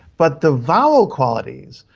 but the vowel qualities,